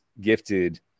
gifted